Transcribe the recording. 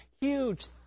huge